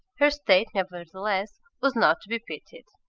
her state, nevertheless, was not to be pitied.